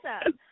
awesome